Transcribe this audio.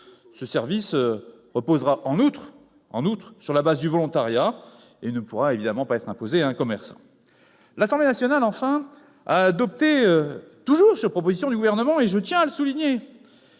Ce service reposera, en outre, sur la base du volontariat et ne pourra évidemment pas être imposé à un commerçant. Enfin, l'Assemblée nationale a adopté, toujours sur proposition du Gouvernement- je tiens à le souligner